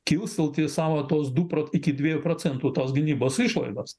kilstelti savo tuos du prot iki dviejų procentų tos gynybos išlaidas